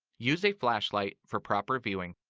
use a flashlight for proper viewing.